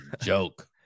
joke